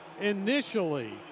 initially